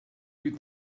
read